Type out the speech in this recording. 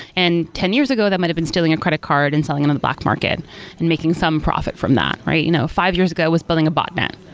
and ten years ago that might have been stealing a credit card and selling it in the black market and making some profit from that, right? you know five years ago was building a botnet.